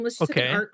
Okay